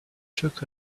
took